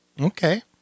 Okay